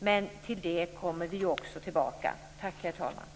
Också till det kommer vi dock tillbaka, herr talman.